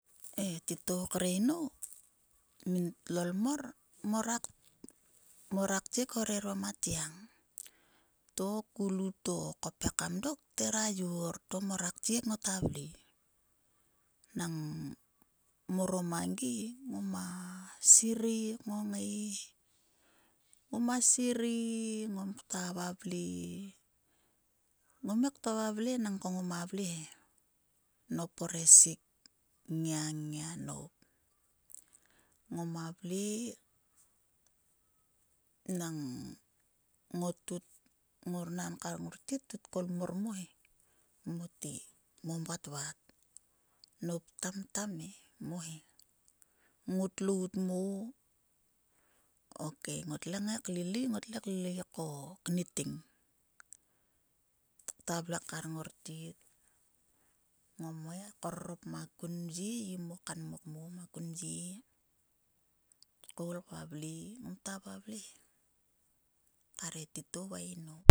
E titou kre inou hol mor mor a ktek hore orom a tgiang. ku lu to pekam dok thera yor to mor aktiek ngot hera vle nang mor o mangi ngoma serei kngongia. ngoma serei ngom ktua vavle he, nop o resik nngia nngia nop! Ngoma vle nang ngot kut ngot kut nan kar ngor tet kut kol mor mo he mote mom vatvat nop tamtam e mo he, ngot lout mo. Okei ngottle kngai klilei ko knitting ktua vle kar ngor tet mo. kngaikorrop makun mhe gi mo kanmok mo gi makun mye koul kvavle ngom ktua vavle he kar e titou va e inou.